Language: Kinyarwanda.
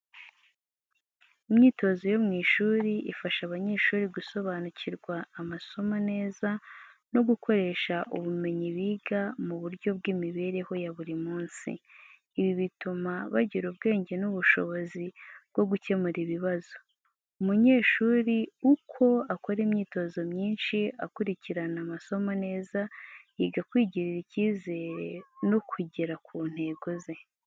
Imyitozo yo mu ishuri ifasha abanyeshuri gusobanukirwa amasomo neza no gukoresha ubumenyi biga mu buryo bw’imibereho ya buri munsi. Ibi bituma bagira ubwenge n’ubushobozi bwo gukemura ibibazo. Umunyeshuri uko akora imyitozo myinshi, akurikirana amasomo neza, yiga kwigirira icyizere, no kugera ku ntego ze.